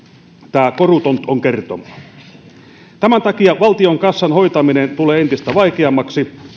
tää korutont on kertomaa tämän takia valtion kassan hoitaminen tulee entistä vaikeammaksi